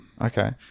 Okay